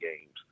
games